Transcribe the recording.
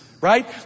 Right